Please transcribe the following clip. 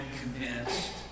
convinced